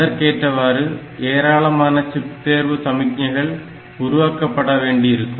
அதற்கேற்றவாறு ஏராளமான சிப் தேர்வு சமிக்ஞைகள் உருவாக்க பட வேண்டியிருக்கும்